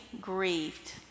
grieved